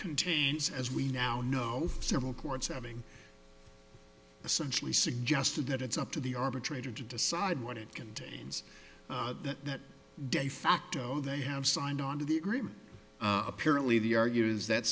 contains as we now know several courts having essentially suggested that it's up to the arbitrator to decide what it contains that de facto they have signed onto the agreement apparently the argues that